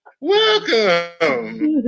Welcome